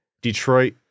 Detroit